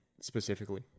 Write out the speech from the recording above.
specifically